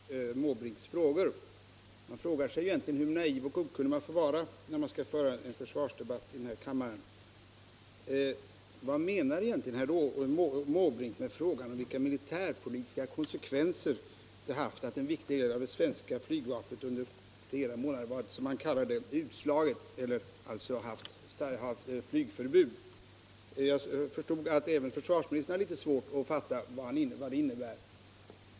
Herr talman! Jag skulle vilja uttrycka min respekt för det tålamod som försvarsministern visar inför herr Måbrinks frågor. Hur naiv och okunnig får man egentligen vara när man tar upp en försvarsdebatt i denna kammare? Vad menar egentligen herr Måbrink med frågan om vilka militärpolitiska konsekvenser det haft att en viktig del av det svenska flygvapnet under flera månader varit, som han kallar det, utslaget, alltså haft flygförbud? Jag förstod att även försvarsministern hade litet svårt att fatta vad det innebar.